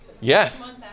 Yes